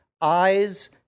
eyes